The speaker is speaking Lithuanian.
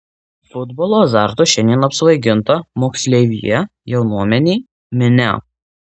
futbolo azartu šiandien apsvaiginta moksleivija jaunuomenė minia